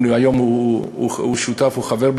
והוא היום שותף, חבר,